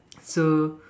so